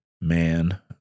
man